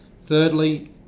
Thirdly